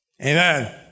Amen